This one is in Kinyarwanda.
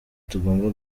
tugomba